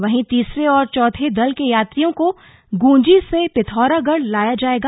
वही तीसरे और चौथे दल के यात्रियों को ग्रंजी से पिथौरागढ़ लाया जाएगा